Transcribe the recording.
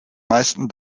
meisten